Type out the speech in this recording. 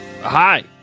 Hi